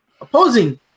opposing